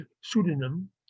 pseudonym